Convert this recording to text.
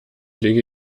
lege